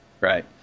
Right